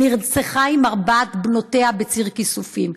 והיא נרצחה עם ארבע בנותיה בציר כיסופים.